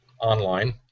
online